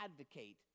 advocate